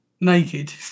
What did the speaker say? naked